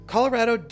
Colorado